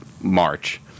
March